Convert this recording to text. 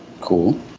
Cool